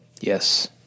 Yes